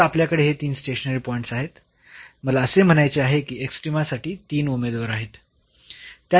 तर आपल्याकडे हे तीन स्टेशनरी पॉईंट्स आहेत मला असे म्हणायचे आहे की एक्स्ट्रीमासाठी तीन उमेदवार आहेत